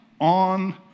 on